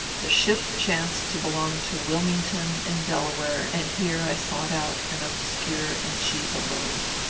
the ship chanced to belong to wilmington, in delaware, and here i sought out an obscure and cheap abode.